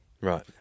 Right